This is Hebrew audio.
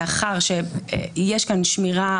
יש כאן שמירה,